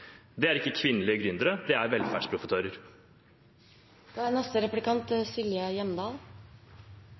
Det er ikke kvinnelige gründere, det er velferdsprofitører. Ja, oljen er